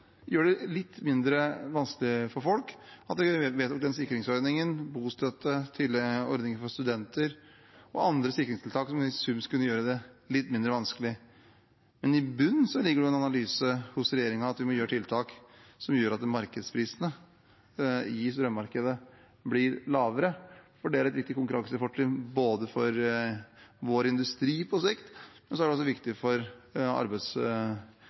det litt mindre vanskelig for folk. Vi vet at den sikringsordningen – bostøtte, ordning for studenter og andre sikringstiltak –i sum kan gjøre det litt mindre vanskelig. Men i bunnen ligger det en analyse hos regjeringen om at vi må sette inn tiltak som gjør at markedsprisene i strømmarkedet blir lavere. Det er et viktig konkurransefortrinn for vår industri på sikt, og det er også viktig for